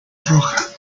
roja